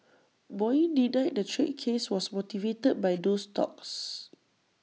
boeing denied the trade case was motivated by those talks